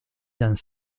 dans